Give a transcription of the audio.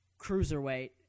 cruiserweight